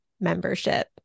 membership